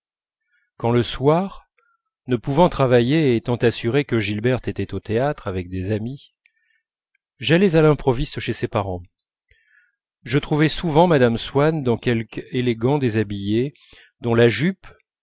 quand le soir ne pouvant travailler et étant assuré que gilberte était au théâtre avec des amies j'allais à l'improviste chez ses parents je trouvais souvent mme swann dans quelque élégant déshabillé dont la jupe